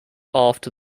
after